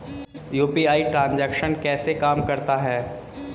UPI transaction कैसे काम करता है?